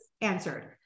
answered